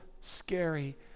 scary